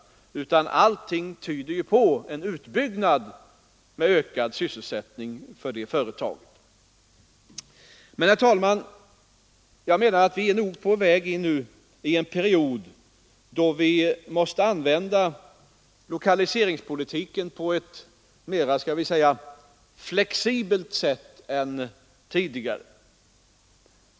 Allt tyder på en utbyggnad med ökad sysselsättning för detta företag. Herr talman! Jag anser att vi nu är på väg in i en period, då vi måste använda lokaliseringspolitiken på ett mer skall vi säga flexibelt sätt än tidigare.